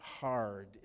hard